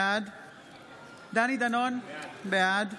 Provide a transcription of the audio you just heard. בעד